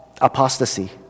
apostasy